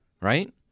right